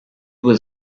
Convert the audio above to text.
was